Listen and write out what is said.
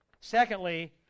Secondly